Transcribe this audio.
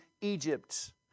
Egypt